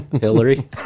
Hillary